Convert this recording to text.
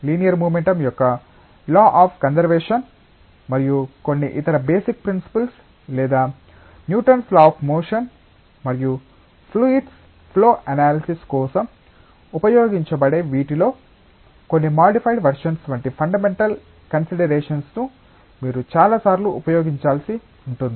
linear momentum యొక్క law of conservation మరియు కొన్ని ఇతర బేసిక్ ప్రిన్సిపుల్స్ లేదా Newton's law of motion law of motion మరియు ఫ్లూయిడ్ ఫ్లో ఎనాలిసిస్ కోసం ఉపయోగించబడే వీటిలో కొన్ని మాడిఫైడ్ వెర్షన్స్ వంటి ఫండమెంటల్ కన్సిడరేషన్స్ ను మీరు చాలాసార్లు ఉపయోగించాల్సి ఉంటుంది